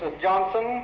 johnson,